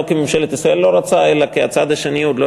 לא כי ממשלת ישראל לא רוצה אלא כי הצד השני עוד לא